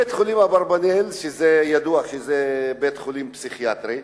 בית-החולים "אברבנאל" ידוע כבית-חולים פסיכיאטרי.